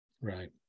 right